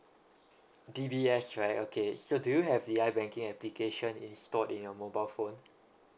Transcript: D_B_S right okay so do you have the I banking application installed in your mobile phone